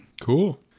Cool